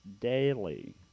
daily